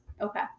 Okay